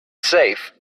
safe